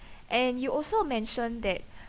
and you also mention that